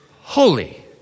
holy